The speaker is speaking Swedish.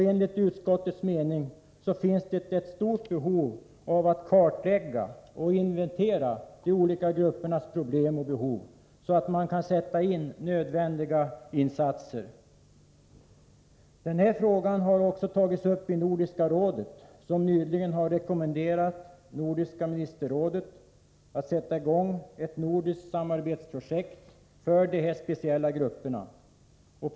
Enligt utskottets mening finns det ett stort behov av att inventera de olika gruppernas problem och behov, så att nödvändiga insatser kan göras. Frågan har också tagits upp i Nordiska rådet, som nyligen rekommenderat Nordiska ministerrådet att sätta i gång ett nordiskt samarbetsprojekt för dessa små och mindre kända handikappgrupper.